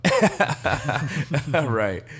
Right